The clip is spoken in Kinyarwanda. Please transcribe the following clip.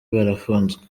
barafunzwe